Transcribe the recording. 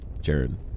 Jared